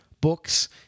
books